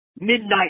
midnight